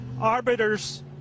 arbiters